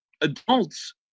adults